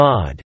God